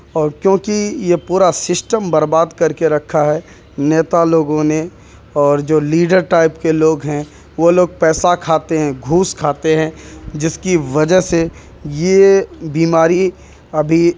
اور کیونکہ یہ پورا سسٹم برباد کر کے رکھا ہے نیتا لوگوں نے اور جو لیڈر ٹائپ کے لوگ ہیں وہ لوگ پیسہ کھاتے ہیں گھوس کھاتے ہیں جس کی وجہ سے یہ بیماری ابھی